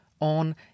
on